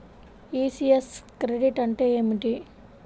ECS credit అంటే ఏమిటి?